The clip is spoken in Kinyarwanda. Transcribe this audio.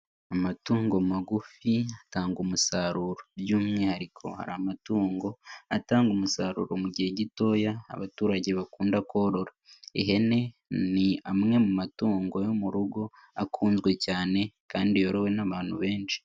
Amatungo magufi atanga umusaruro, by'umwihariko hari amatungo atanga umusaruro mu gihe gitoya abaturage bakunda korora, ihene ni amwe mu matungo yo mu rugo akunzwe cyane kandi yorohewe n'abantu benshi.